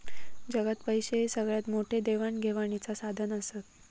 जगात पैशे हे सगळ्यात मोठे देवाण घेवाणीचा साधन आसत